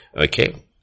okay